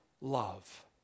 love